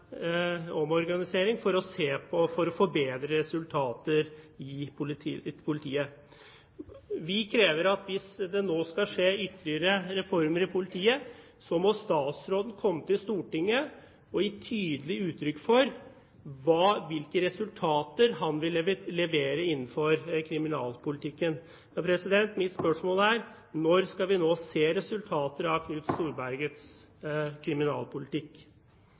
for å få bedre resultater i politiet. Vi krever at hvis det nå skal skje ytterligere reformer i politiet, må statsråden komme til Stortinget og gi tydelig uttrykk for hvilke resultater han vil levere innenfor kriminalpolitikken. Mitt spørsmål er: Når skal vi se resultater av Knut Storbergets kriminalpolitikk?